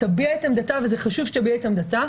תביע את עמדתה וזה חשוב שהיא תביע את עמדתה.